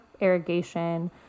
irrigation